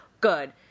good